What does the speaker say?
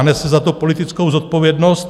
Nese za to politickou zodpovědnost.